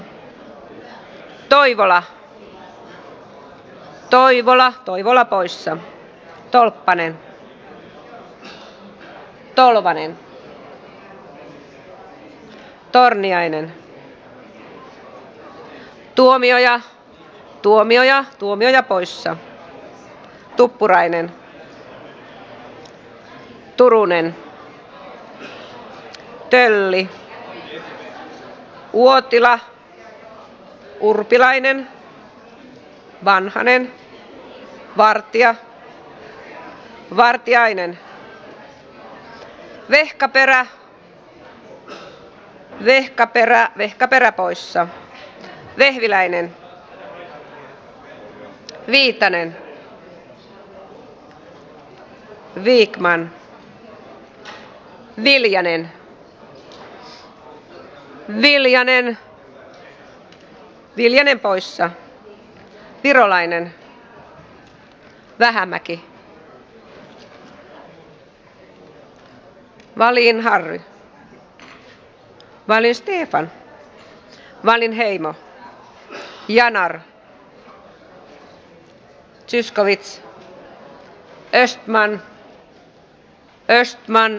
markus lohi leena meri sinuhe wallinheimo och kristiina salonen